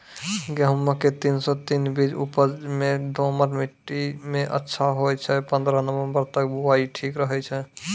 गेहूँम के तीन सौ तीन बीज उपज मे दोमट मिट्टी मे अच्छा होय छै, पन्द्रह नवंबर तक बुआई ठीक रहै छै